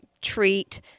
treat